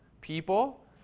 people